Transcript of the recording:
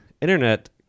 internet